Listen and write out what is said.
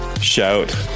shout